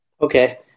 okay